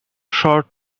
short